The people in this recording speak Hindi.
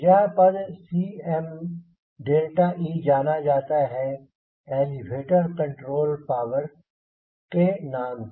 यह पद Cme जाना जाता है एलीवेटर कंट्रोल पावर के नाम से